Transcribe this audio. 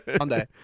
Sunday